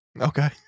Okay